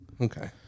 Okay